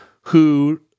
who-